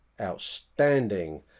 outstanding